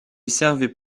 servaient